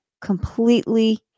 completely